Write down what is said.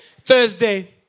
Thursday